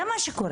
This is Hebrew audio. זה מה שקורה.